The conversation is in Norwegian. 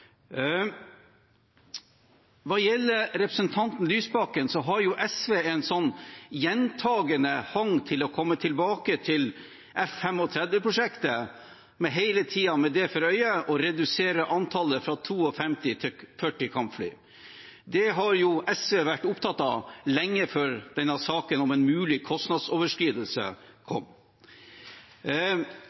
Hva gjelder representanten Lysbakken, har SV en gjentagende hang til å komme tilbake til F-35-prosjektet, hele tiden med det for øye å redusere antallet fra 52 til 40 kampfly. Det har SV vært opptatt av lenge før denne saken om en mulig kostnadsoverskridelse kom.